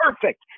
perfect